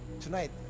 Tonight